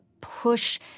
push